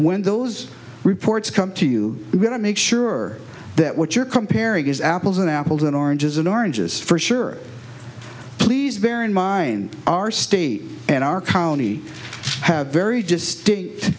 when those reports come to you we want to make sure that what you're comparing is apples and apples and oranges and oranges for sure please bear in mind our state and our county have very distinct